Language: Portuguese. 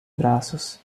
braços